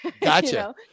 Gotcha